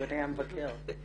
אדוני המבקר.